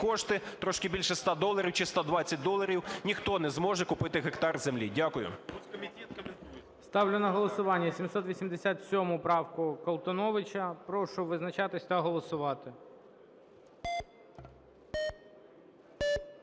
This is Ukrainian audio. кошти (трошки більше 100 доларів чи 120 доларів) ніхто не зможе купити гектар землі. Дякую. ГОЛОВУЮЧИЙ. Ставлю на голосування 787 правку Колтуновича. Прошу визначатися та голосувати.